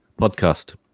podcast